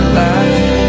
life